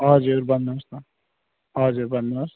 हजुर भन्नुहोस् न हजुर भन्नुहोस्